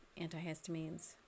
antihistamines